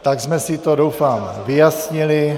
Tak jsme si to, doufám, vyjasnili.